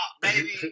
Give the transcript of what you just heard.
baby